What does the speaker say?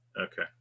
Okay